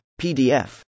PDF